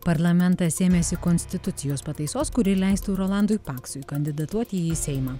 parlamentas ėmėsi konstitucijos pataisos kuri leistų rolandui paksui kandidatuoti į seimą